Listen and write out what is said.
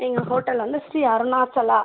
எங்கள் ஹோட்டல் வந்து ஸ்ரீ அருணாச்சலா